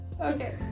Okay